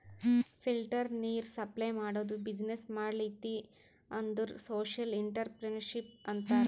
filter ನೀರ್ supply ಮಾಡದು business ಮಾಡ್ಲತಿ ಅಂದುರ್ ಸೋಶಿಯಲ್ ಇಂಟ್ರಪ್ರಿನರ್ಶಿಪ್ ಅಂತಾರ್